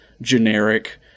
generic